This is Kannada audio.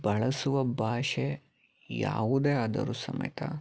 ಬಳಸುವ ಭಾಷೆ ಯಾವುದೇ ಆದರು ಸಮೇತ